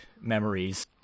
memories